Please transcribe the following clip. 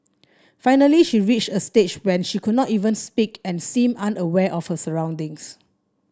finally she reached a stage when she could not even speak and seemed unaware of her surroundings